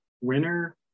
Winner